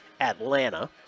Atlanta